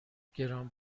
گران